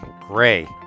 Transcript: Gray